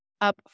up